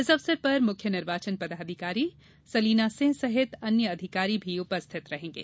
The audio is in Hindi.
इस अवसर पर मुख्य निर्वाचन पदाधिकारी सलीना सिंह सहित अन्य अधिकारी भी उपस्थित रहेंगे